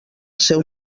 seu